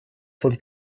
von